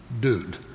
Dude